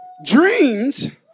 Dreams